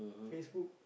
Facebook